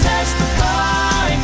Testify